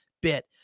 bit